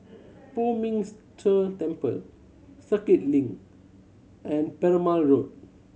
Poh Ming Tse Temple Circuit Link and Perumal Road